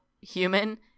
human